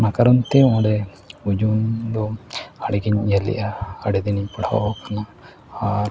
ᱚᱱᱟ ᱠᱟᱨᱚᱱᱛᱮ ᱚᱸᱰᱮ ᱳᱡᱚᱱ ᱫᱚ ᱟᱹᱰᱤ ᱜᱮᱧ ᱩᱭᱦᱟᱹᱨ ᱞᱮᱜᱼᱟ ᱟᱹᱰᱤ ᱫᱤᱱ ᱤᱧ ᱯᱟᱲᱦᱟᱣ ᱠᱟᱱᱟ ᱟᱨ